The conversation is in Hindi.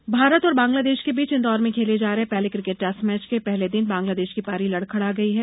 क्रिकेट भारत और बांग्लादेश के बीच इंदौर में खेले जा रहे पहले क्रिकेट टेस्ट मैच के पहले दिन बांग्लादेश की पारी लड़खड़ा गई है